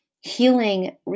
healing